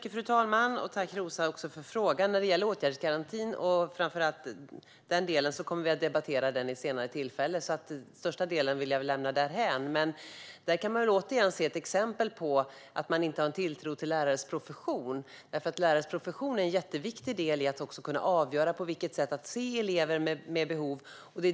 Fru talman! Jag tackar Roza Güclü Hedin för frågan. Framför allt åtgärdsgarantin kommer vi att debattera vid ett senare tillfälle. Den största delen av frågan vill jag därför lämna därhän. Men där kan vi återigen se ett exempel på att man inte har en tilltro till lärares profession. Lärares profession är nämligen en mycket viktig del i att också kunna avgöra vilka elever som har särskilda behov.